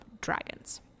dragons